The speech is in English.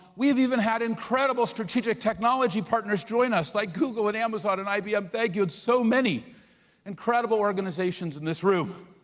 we've even have incredible strategic technology partners join us, like google and amazon and ibm, thank you, and so many incredible organizations in this room